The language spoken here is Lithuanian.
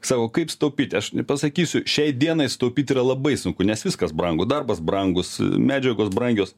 savo kaip sutaupyti aš pasakysiu šiai dienai sutaupyti yra labai sunku nes viskas brangu darbas brangus medžiagos brangios